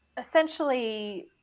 essentially